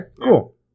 cool